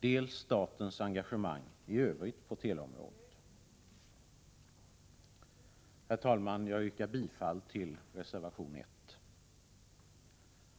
dels statens engagemang i övrigt på teleområdet. Herr talman! Jag yrkar bifall till reservation 1.